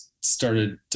started